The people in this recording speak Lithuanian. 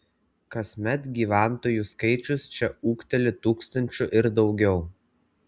kasmet gyventojų skaičius čia ūgteli tūkstančiu ir daugiau